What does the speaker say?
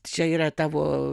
čia yra tavo